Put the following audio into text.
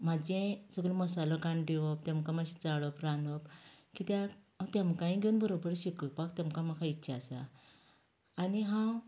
म्हाजे सगळो मसालो काडून दिवप तेमकां मातशें चाळप रांदप कित्याक तेमकांय घेवन बरोबर शिकोवपाक तेमकां म्हाका इच्छा आसा आनी हांव